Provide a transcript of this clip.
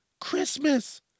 Christmas